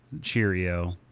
Cheerio